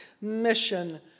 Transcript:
mission